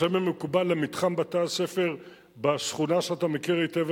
השם המקובל למתחם בתי-הספר בשכונה שאתה מכיר היטב,